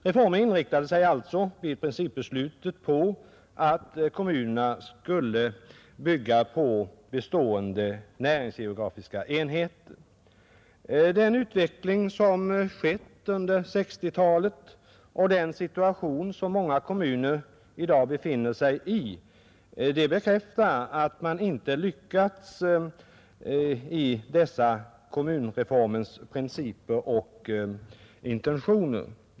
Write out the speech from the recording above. Reformen inriktades alltså vid principbeslutet på att kommunerna skulle bygga på bestående näringsgeografiska enheter. Den utveckling som ägt rum under 1960-talet och den situation som många kommuner i dag befinner sig i bekräftar dock att man inte lyckats med att uppfylla dessa principer och intentioner.